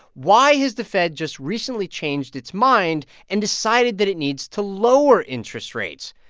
why has the fed just recently changed its mind and decided that it needs to lower interest rates?